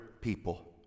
people